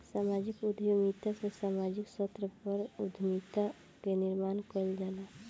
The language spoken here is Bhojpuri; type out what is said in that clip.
समाजिक उद्यमिता में सामाजिक स्तर पअ उद्यमिता कअ निर्माण कईल जाला